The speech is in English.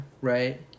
right